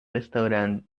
restaurant